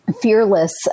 fearless